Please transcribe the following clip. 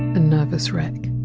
a nervous wreck!